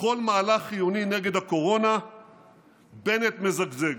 בכל מהלך חיוני נגד הקורונה בנט מזגזג: